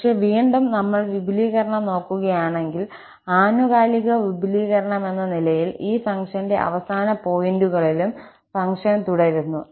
പക്ഷേ വീണ്ടും നമ്മൾ വിപുലീകരണം നോക്കുകയാണെങ്കിൽ ആനുകാലിക വിപുലീകരണമെന്ന നിലയിൽ ഈ ഫംഗ്ഷന്റെ അവസാന പോയിന്റുകളിലും ഫംഗ്ഷൻ തുടരുന്നു